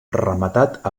rematat